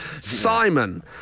Simon